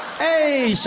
hey,